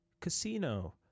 Casino